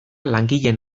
langileen